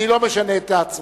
אני לא משנה את ההצבעה.